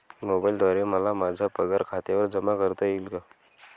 मोबाईलद्वारे मला माझा पगार खात्यावर जमा करता येईल का?